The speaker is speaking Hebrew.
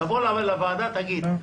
תבוא לוועדה ותגיד,